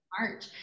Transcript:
march